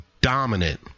dominant –